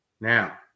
Now